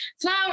Flower